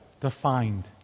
defined